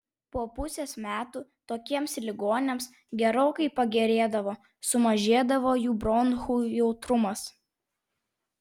po pusės metų tokiems ligoniams gerokai pagerėdavo sumažėdavo jų bronchų jautrumas